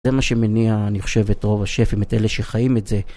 זה מה שמניע, אני חושב, את רוב השפים, את אלה שחיים את זה.